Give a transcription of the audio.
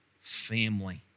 family